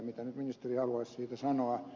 mitä ministeri haluaisi siitä sanoa